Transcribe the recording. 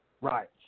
Right